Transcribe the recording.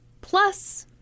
plus